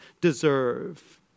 deserve